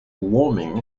warming